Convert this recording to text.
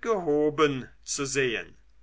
gehoben zu sehen